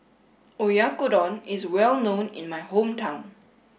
Oyakodon is well known in my hometown